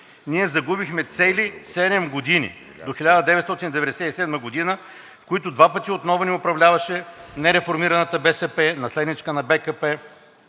ние загубихме цели 7 години – до 1997 г., в които два пъти отново ни управляваше нереформираната БСП, наследничка на БКП,